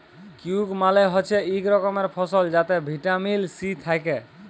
kiwi মালে হছে ইক ধরলের ফল যাতে ভিটামিল সি থ্যাকে